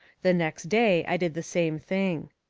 the next day, i did the same thing.